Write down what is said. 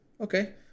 Okay